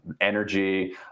energy